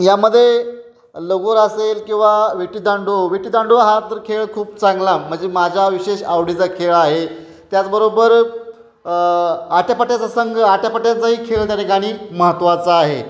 यामध्ये लगोर असेल किंवा विटीदांडू विटीदांडू हा तर खेळ खूप चांगला म्हणजे माझा विशेष आवडीचा खेळ आहे त्याचबरोबर आट्यापाट्याचा संघ आट्यापाट्याचाही खेळ त्या ठिकाणी महत्वाचा आहे